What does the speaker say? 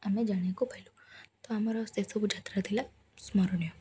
ଆମେ ଜାଣିବାକୁ ପାଇଲୁ ତ ଆମର ସେସବୁ ଯାତ୍ରା ଥିଲା ସ୍ମରଣୀୟ